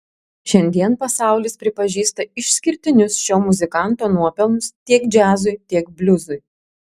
šiandien pasaulis pripažįsta išskirtinius šio muzikanto nuopelnus tiek džiazui tiek bliuzui